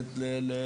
כי איציק